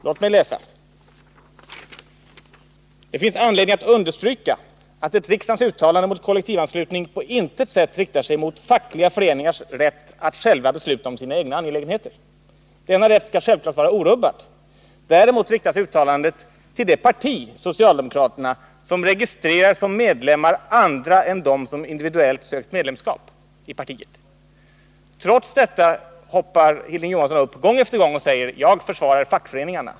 Låt mig läsa: ”Det finns anledning att understryka att ett riksdagens uttalande mot kollektivanslutning på intet sätt riktar sig mot fackliga föreningars rätt att själva besluta om egna angelägenheter. Denna rätt skall självklart vara orubbad. Däremot riktas uttalandet till det parti — socialdemokraterna — som registrerar som medlemmar andra än dem som individuellt sökt medlemskap i partiet.” Trots detta hoppar Hilding Johansson upp gång efter gång och säger: Jag försvarar fackföreningarna.